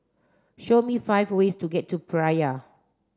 show me five ways to get to Praia